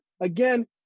again